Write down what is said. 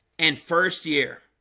and first year